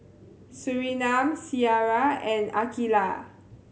Surinam Syirah and Aqilah